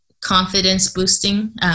confidence-boosting